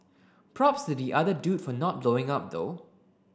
props to the other dude for not blowing up though